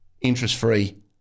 interest-free